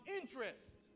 interest